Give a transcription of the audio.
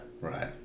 Right